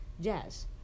jazz